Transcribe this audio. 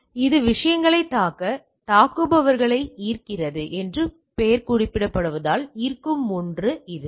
எனவே இது விஷயங்களைத் தாக்க இந்த தாக்குபவர்களை ஈர்க்கிறது என்று பெயர் குறிப்பிடுவதால் ஈர்க்கும் ஒன்று இது